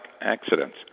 Accidents